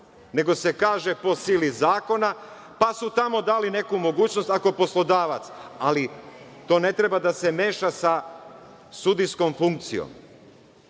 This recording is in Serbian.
nego se kaže po sili zakona, pa su tamo dali neku mogućnost, ako poslodavac... To ne treba da se meša sa sudijskom funkcijom.U